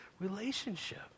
relationship